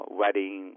wedding